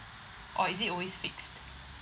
or is it always fixed